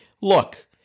look